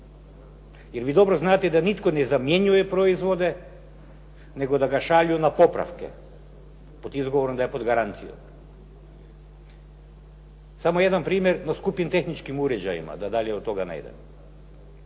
Jer vi dobro znate da nitko ne zamjenjuje proizvode nego da ih šalju na popravke pod izgovorom da je pod garancijom. Samo jedan primjer na skupim tehničkim uređajima da dalje od toga ne idemo,